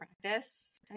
practice